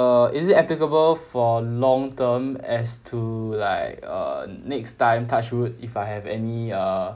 err is it applicable for long term as to like uh next time touch wood if I have any uh